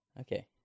Okay